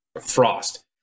frost